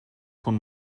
von